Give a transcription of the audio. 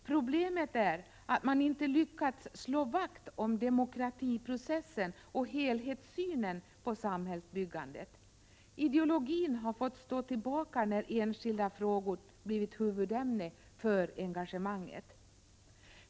Problemet är att man inte lyckats slå vakt om demokratiprocessen och helhetssynen på samhällsbyggandet. Ideologin har fått stå tillbaka när enskilda frågor blivit huvudämne för engagemanget.